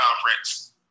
conference